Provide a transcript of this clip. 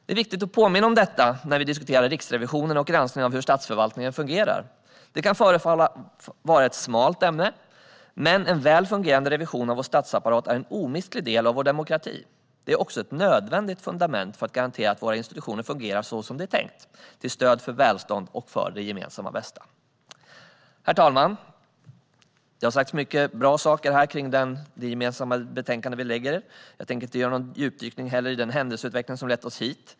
Det är viktigt att påminna om detta när vi diskuterar Riksrevisionen och granskningen av hur statsförvaltningen fungerar. Det kan förefalla vara ett smalt ämne, men en väl fungerande revision av vår statsapparat är en omistlig del av vår demokrati. Det är också ett nödvändigt fundament för att garantera att våra institutioner fungerar så som det är tänkt: till stöd för vårt välstånd och för det gemensamma bästa. Herr talman! Det har sagts många bra saker här kring det gemensamma betänkandet. Jag tänker inte göra någon djupdykning i den händelseutveckling som har lett oss hit.